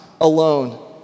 alone